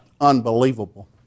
unbelievable